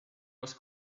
was